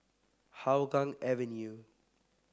Hougang Avenue